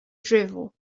drivel